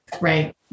right